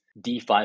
DeFi